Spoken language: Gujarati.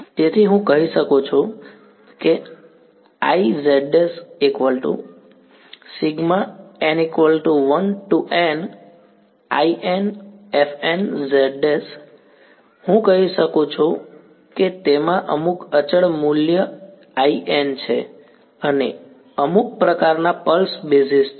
તેથી હું કહી શકું છું કે Iz′ ∑ InF nz′ હું કહી શકું છું કે તેમાં અમુક n1 અચળ મૂલ્ય In છે અને અમુક પ્રકારના પલ્સ બેસિસ છે